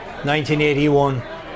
1981